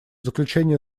заключение